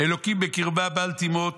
"אלוקים בקרבה בל תמוט